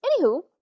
Anywho